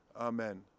Amen